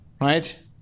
right